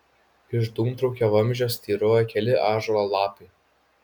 iš dūmtraukio vamzdžio styrojo keli ąžuolo lapai